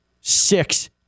six